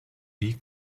wie